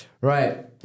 right